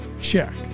Check